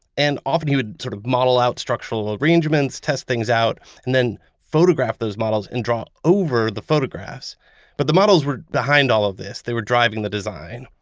and often he would sort of model out structural arrangements, test things out and then photograph those models and draw over the photographs but the models were behind all of this they were driving the design.